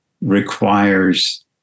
requires